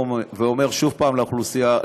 ואומר שוב לאוכלוסייה,